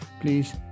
please